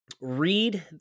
read